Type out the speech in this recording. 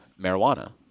marijuana